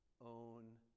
own